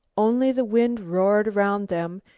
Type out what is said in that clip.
only the wind roared around them,